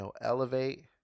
Elevate